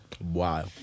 Wow